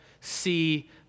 see